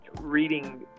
reading